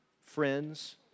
friends